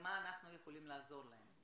ואיך אנחנו יכולים לעזור להם,